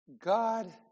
God